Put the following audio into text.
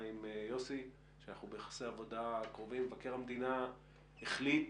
עם יוסי שאנחנו ביחסי עבודה קרובים שהוא החליט,